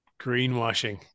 Greenwashing